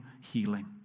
healing